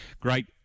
great